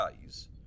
days